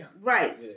Right